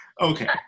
okay